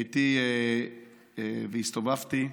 הייתי והסתובבתי.